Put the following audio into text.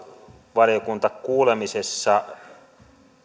valiokuntakuulemisessa